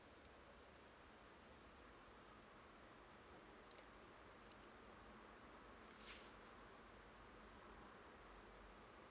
oh